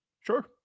Sure